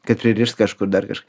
kad pririšt kažkur dar kažką